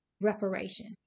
reparation